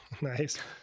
Nice